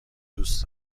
دوست